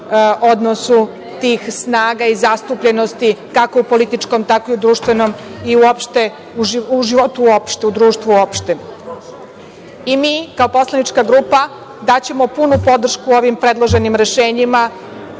odnosu tih snaga i zastupljenosti, kako u političkom, tako i u društvenom i životu uopšte, u društvu uopšte. Mi kao poslanička grupa daćemo punu podršku ovim predloženim rešenjima